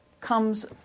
comes